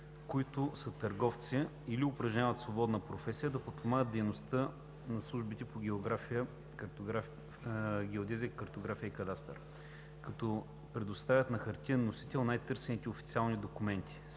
които са търговци или упражняват свободна професия, да подпомагат дейността на службите по геодезия, картография и кадастър, като предоставят на хартиен носител най-търсените официални документи